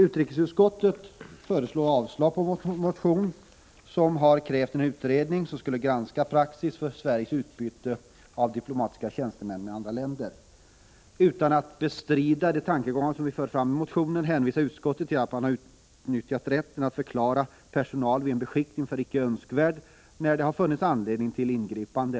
Utrikesutskottet föreslår avslag på vår motion, där vi krävt en utredning som skulle granska praxis för Sveriges utbyte av diplomatiska tjänstemän med andra länder. Utan att bestrida de tankegångar vi fört fram i motionen hänvisar utskottet till att man har utnyttjat rätten att förklara personal vid en beskickning för icke önskvärd, när det funnits anledning till ingripande.